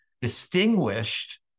distinguished